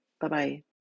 Bye-bye